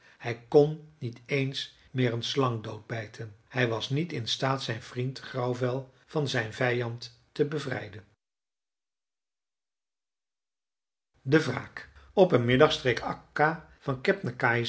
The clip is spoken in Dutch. hij kon niet eens meer een slang doodbijten hij was niet in staat zijn vriend grauwvel van zijn vijand te bevrijden de wraak op een middag streek akka van